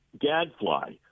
gadfly